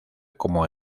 como